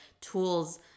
tools